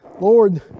Lord